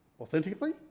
authentically